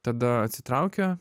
tada atsitraukia